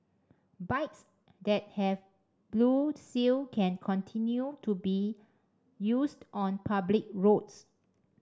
bikes that have blue seal can continue to be used on public roads